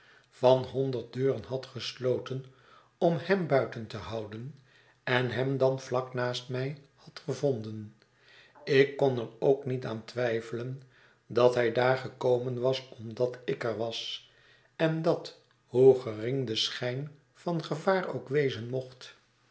van honderd deuren had gesloten om hem buiten te houden en hem dan vlak naast mij had gevonden ik kon er ook niet aan twyfelen dat hy daar gekomen was omdat ik er was en dat hoe gering de schijn van gevaar ook wezen mocht